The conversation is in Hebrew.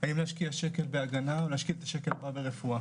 האם להשקיע שקל בהגנה, או להשקיע את השקל ברפואה.